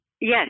Yes